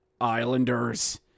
Islanders